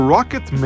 Rocket